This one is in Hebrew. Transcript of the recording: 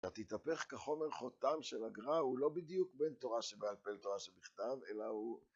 אתה תתהפך כחומר חותם של הגר"א הוא לא בדיוק בין תורה שבעל פה לתורה שבכתב אלא הוא